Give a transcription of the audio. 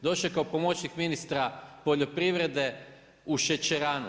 Došao je pomoćnik ministra poljoprivrede u šećeranu.